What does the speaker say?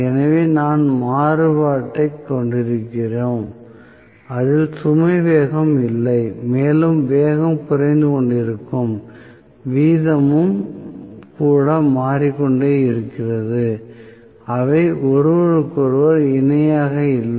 எனவே நாங்கள் மாறுபாட்டைக் கொண்டிருக்கிறோம் அதில் சுமை வேகம் இல்லை மேலும் வேகம் குறைந்து கொண்டிருக்கும் வீதமும் கூட மாறிக்கொண்டே இருக்கிறது அவை ஒருவருக்கொருவர் இணையாக இல்லை